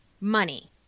money